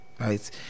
right